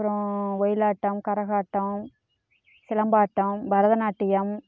அப்பறம் ஒயிலாட்டம் கரகாட்டம் சிலம்பாட்டம் பரதநாட்டியம்